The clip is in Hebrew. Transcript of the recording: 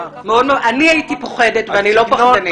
אני הייתי פוחדת ואני לא פחדנית.